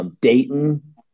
Dayton